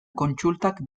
kontsultak